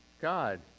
God